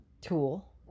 tool